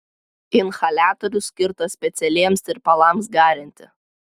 inhaliatorius skirtas specialiems tirpalams garinti